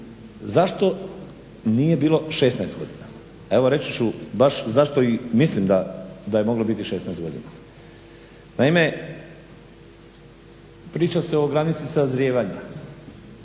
zašto nije bilo 16 godina. Evo reći ću baš zašto i mislim da je moglo biti 16 godina. Naime, priča se o granici sazrijevanja.